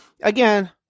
again